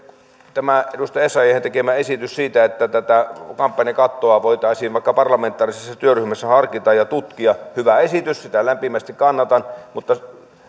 tämä edustaja essayahin tekemä esitys siitä että tätä kampanjakattoa voitaisiin vaikka parlamentaarisessa työryhmässä harkita ja tutkia on hyvä esitys sitä lämpimästi kannatan mutta